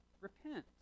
repent